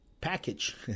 package